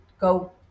go